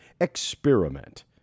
experiment